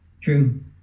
True